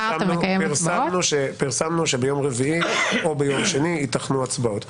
פרסמנו שביום רביעי או ביום שני ייתכנו הצבעות.